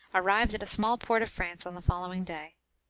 arrived at a small port of france on the following day.